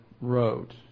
wrote